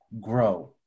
grow